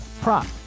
prop